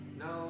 no